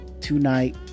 tonight